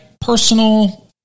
personal